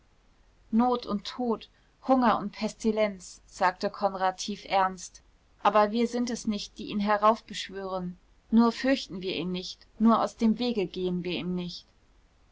not und tod hunger und pestilenz sagte konrad tiefernst aber wir sind es nicht die ihn heraufbeschwören nur fürchten wir ihn nicht nur aus dem wege gehen wir ihm nicht